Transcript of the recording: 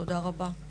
תודה רבה.